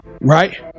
Right